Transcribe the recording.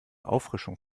auffrischung